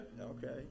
Okay